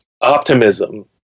optimism